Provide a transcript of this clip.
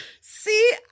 See